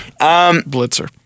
Blitzer